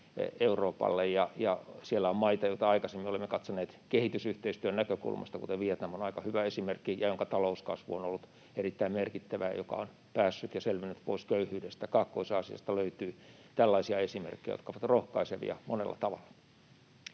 Euroopalle ja siellä on maita, joita aikaisemmin olemme katsoneet kehitysyhteistyön näkökulmasta. Vietnam on aika hyvä esimerkki. Sen talouskasvu on ollut erittäin merkittävää, ja se on päässyt ja selvinnyt pois köyhyydestä. Kaakkois-Aasiasta löytyy tällaisia esimerkkejä, jotka ovat rohkaisevia monella tavalla.